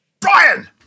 Brian